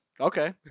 Okay